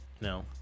No